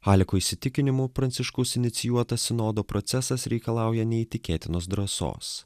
haliko įsitikinimu pranciškaus inicijuotas sinodo procesas reikalauja neįtikėtinos drąsos